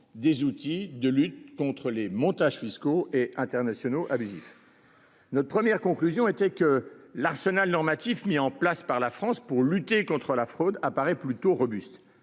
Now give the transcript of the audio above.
des outils de lutte contre les montages fiscaux et internationaux adhésif. Notre première conclusion était que l'arsenal normatif mis en place par la France pour lutter contre la fraude apparaît plutôt robuste